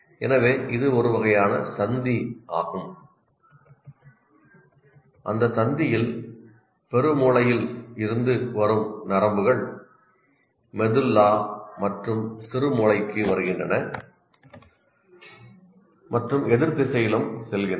எனவே இது ஒரு வகையான சந்தி ஆகும் அந்த சந்தியில் பெருமூளையில் இருந்து வரும் நரம்புகள் மெதுல்லா மற்றும் சிறுமூளைக்கு வருகின்றன மற்றும் எதிர் திசையிலும் செல்கின்றன